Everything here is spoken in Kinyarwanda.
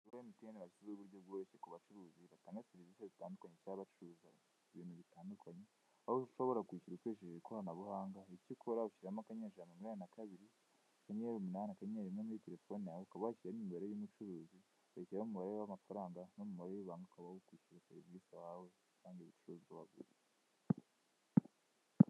Muri MTN hashyizweho uburyo bworoshye ku bacuruzi batanga serivise cyangwa bacuruza ibintu bitandukanye aho ushobora kwishyura ukoresheje ikoranabuhanga, icyo ukora ushyiramo ijana na mirongo inani na kabiri, akanyenyeri umunani, akanyenyeri rimwe muri telefoni yawe, ukaba washyiramo imibare y'umucuruzi, ugashyiramo umubare w'amafaranga n'umubare w'ibanga ukaba wakwishyura serivise wahawe cyangwa ibicuruzwa waguze.